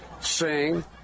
sing